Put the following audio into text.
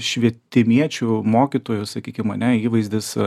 švietimiečių mokytojo sakykim ane įvaizdis